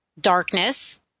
darkness